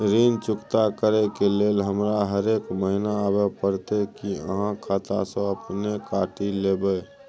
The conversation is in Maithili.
ऋण चुकता करै के लेल हमरा हरेक महीने आबै परतै कि आहाँ खाता स अपने काटि लेबै?